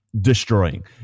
destroying